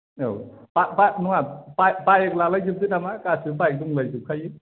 औ बा बा नङा बाइक लालायजोबदो नामा गासैबो बाइक दंलायजोबखायो